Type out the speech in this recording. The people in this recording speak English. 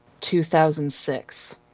2006